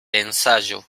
ensayo